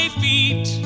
feet